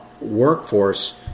workforce